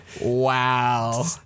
wow